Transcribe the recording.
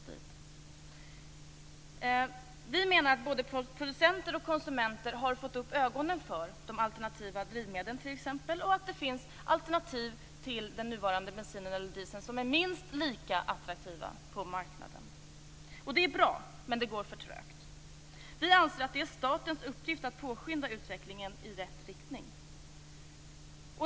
Vi i Vänsterpartiet menar att både producenter och konsumenter har fått upp ögonen för de alternativa drivmedlen och att det på marknaden finns alternativ till den nuvarande bensinen eller dieseln som är minst lika attraktiva. Det är bra, men det går för trögt. Vi anser att det är statens uppgift att påskynda utvecklingen i rätt riktning.